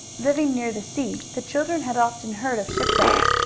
living near the sea the children had often heard of shipwrecks,